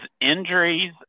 injuries